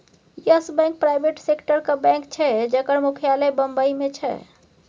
yes Bank private सेक्टरक bank छै जकर मुख्यालय बंबई मे छै